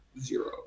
Zero